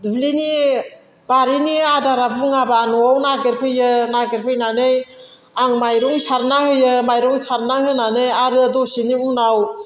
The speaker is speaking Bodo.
दुब्लिनि बारिनि आदारा बुङाब्ला न'आव नागिरफैयो नागिर फैनानै आं माइरं सारना होयो माइरं सारनानै होनानै आरो दसेनि उनाव